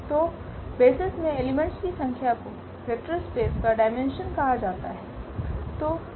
तो अब डायमेंशन तो बेसिस में एलिमेंट्स की संख्या को वेक्टर स्पेस का डायमेंशन कहा जाता है